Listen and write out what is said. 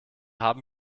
haben